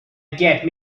get